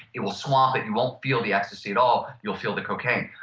it will swamp it. you won't feel the ecstasy at all. you'll feel the cocaine.